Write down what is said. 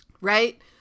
right